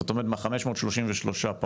זאת אומרת מ-533 מורים,